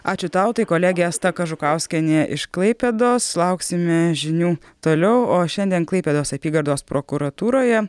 ačiū tau tai kolegė asta kažukauskienė iš klaipėdos lauksime žinių toliau o šiandien klaipėdos apygardos prokuratūroje